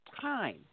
time